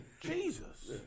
Jesus